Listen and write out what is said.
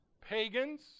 pagans